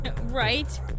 Right